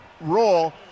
roll